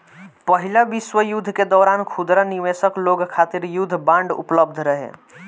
पहिला विश्व युद्ध के दौरान खुदरा निवेशक लोग खातिर युद्ध बांड उपलब्ध रहे